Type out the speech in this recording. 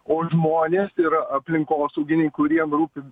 o žmonės tai yra aplinkosauginink kuriem rūpi